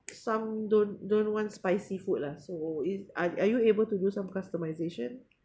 some don't don't want spicy food lah so is are are you able to do some customization